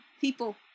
people